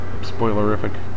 spoilerific